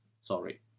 Sorry